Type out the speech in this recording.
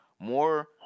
more